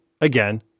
Again